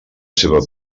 seva